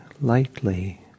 lightly